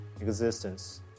existence